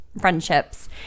friendships